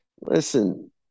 Listen